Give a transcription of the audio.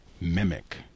mimic